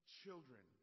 children